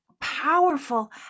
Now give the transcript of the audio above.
powerful